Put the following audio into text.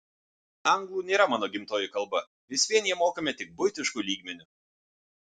anglų nėra mano gimtoji kalba vis vien ją mokame tik buitišku lygmeniu